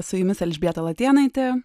su jumis elžbieta latėnaitė